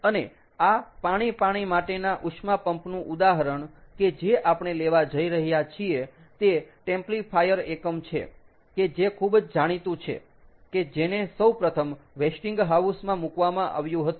અને આ પાણી પાણી માટેના ઉષ્મા પંપ નું ઉદાહરણ કે જે આપણે લેવા જઈ રહ્યા છીએ તે ટેમ્પ્લિફાયર એકમ છે કે જે ખૂબ જ જાણીતું છે કે જેને સૌપ્રથમ વેસ્ટિંગ હાઉસ માં મૂકવામાં આવ્યું હતું